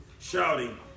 shouting